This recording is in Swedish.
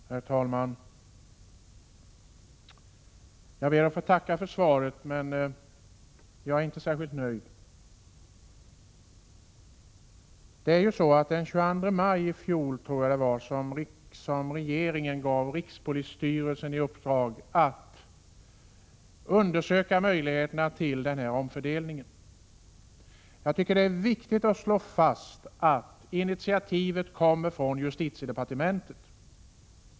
Herr talman! Jag ber att få tacka för svaret. Men jag är inte särskilt nöjd. Det var den 22 maj i fjol, tror jag, som regeringen gav rikspolisstyrelsen i uppdrag att undersöka möjligheterna till denna omfördelning. Jag tycker att det är viktigt att slå fast att initiativet kommer från justitiedepartementet.